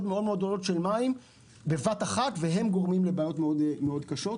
מאוד מאוד גדולות של מים בבת אחת הגורמות לבעיות מאוד קשות.